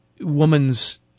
woman's